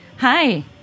Hi